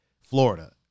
Florida